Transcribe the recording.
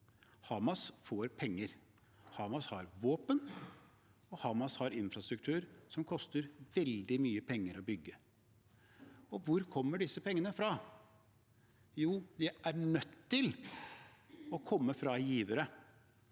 Hamas får penger, Hamas har våpen, og Hamas har infrastruktur som det koster veldig mye penger å bygge. Hvor kommer disse pengene fra? Jo, de er nødt til å komme fra givere.